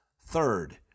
Third